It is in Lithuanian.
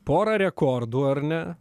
porą rekordų ar ne